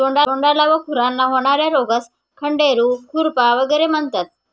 तोंडाला व खुरांना होणार्या रोगास खंडेरू, खुरपा वगैरे म्हणतात